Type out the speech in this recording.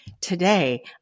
Today